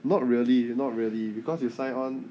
not really is not really because you sign on